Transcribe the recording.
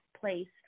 place